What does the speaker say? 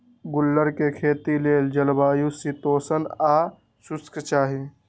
गुल्लर कें खेती लेल जलवायु शीतोष्ण आ शुष्क चाहि